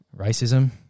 racism